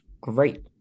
great